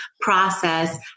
process